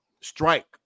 strike